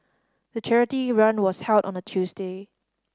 the charity run was held on a Tuesday